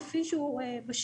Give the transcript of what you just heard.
כפי שהוא בשטח.